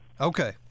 Okay